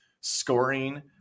scoring